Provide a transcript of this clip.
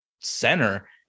center